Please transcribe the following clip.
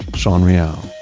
sean real,